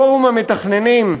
פורום המתכננים,